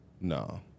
No